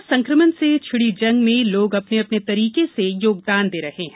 corona संकमण से छिड़ी जंग में लोग अपने अपने तरीके से योगदान दे रहे हैं